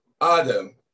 Adam